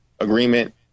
agreement